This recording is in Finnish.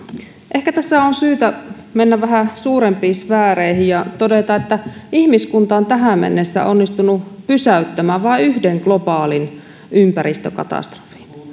ehkä tässä on syytä mennä vähän suurempiin sfääreihin ja todeta että ihmiskunta on tähän mennessä onnistunut pysäyttämään vain yhden globaalin ympäristökatastrofin